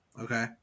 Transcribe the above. okay